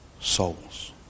souls